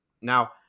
Now